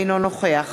אינו נוכח